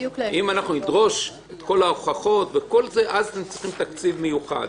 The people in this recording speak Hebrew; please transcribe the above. אם נדרוש את כל ההוכחות וכל זה אז נצטרך תקציב מיוחד.